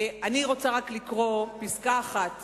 אני רוצה רק לקרוא פסקה אחת